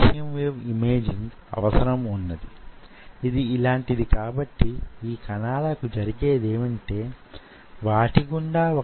ఈ cantilever micron పరిమాణాన్ని నేను తగ్గించాననుకొండి